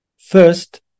First